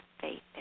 faith